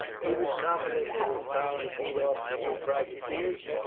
he was confident in his power to beat off the two privateers,